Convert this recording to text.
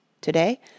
Today